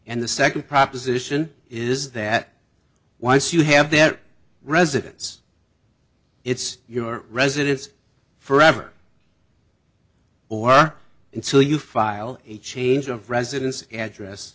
and the second proposition is that once you have their residence it's your residence forever or until you file a change of residence address